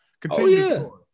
Continue